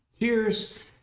cheers